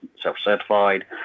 self-certified